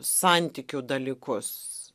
santykių dalykus